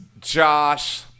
Josh